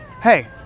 Hey